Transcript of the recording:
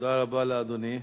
תודה רבה לאדוני.